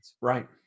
Right